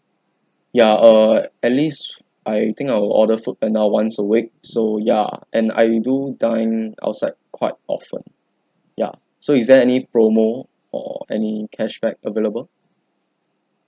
ya err at least I think I will order foodpanda once a week so ya and I do dine outside quite often ya so is there any promo or any cashback available